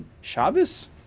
Shabbos